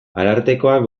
arartekoak